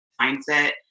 mindset